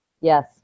Yes